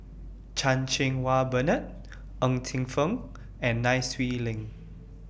Chan Cheng Wah Bernard Ng Teng Fong and Nai Swee Leng